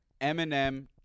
Eminem